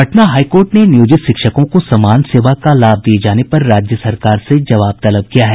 Patna high court ने नियोजित शिक्षकों को समान सेवा का लाभ दिये जाने पर राज्य सरकार से जवाब तलब किया है